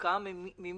הפקעה ממי?